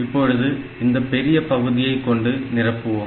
இப்பொழுது இந்த பெரிய பகுதியை கொண்டு நிரப்புவோம்